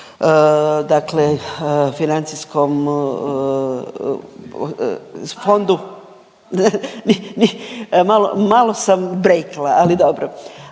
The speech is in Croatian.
dakle financijskom fondu… Malo sam brejkla, ali dobro